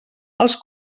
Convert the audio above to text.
els